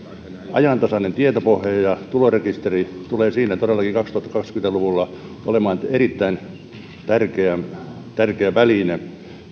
ajantasainen tietopohja ja tulorekisteri tulee siinä todellakin olemaan kaksituhattakaksikymmentä luvulla erittäin tärkeä tärkeä väline